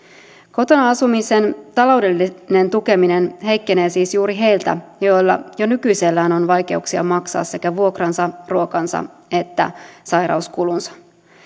kotona asumisen taloudellinen tukeminen heikkenee siis juuri heiltä joilla jo nykyisellään on vaikeuksia maksaa sekä vuokransa ruokansa että sairauskulunsa